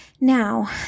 Now